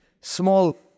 small